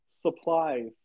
supplies